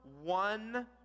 one